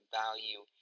value